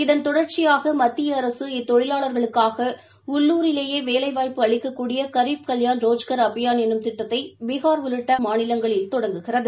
இதன் தொடர்ச்சியாக மத்தியஅரசு இத்தொழிலாளர்களுக்காகஉள்ளூரிலேயேவேலைவாய்ப்பு அளிக்கக்கூடியகரீப் கல்யான் ரோஜ்கர் அபியான் என்றதிட்டத்தைபீகார் உள்ளிட்டஐந்துமாநிலங்களில் தொடங்குகிறது